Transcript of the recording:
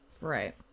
Right